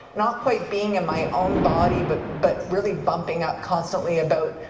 not quite being in my own body, but but really bumping up constantly about,